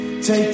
Take